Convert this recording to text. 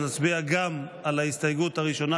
אז נצביע גם על ההסתייגות הראשונה,